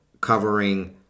covering